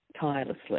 tirelessly